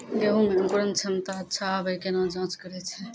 गेहूँ मे अंकुरन क्षमता अच्छा आबे केना जाँच करैय छै?